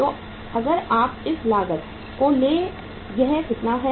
तो अगर आप इस लागत को ले यह कितना है